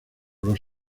los